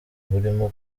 burimo